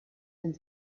and